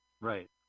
Right